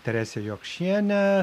terese jokšiene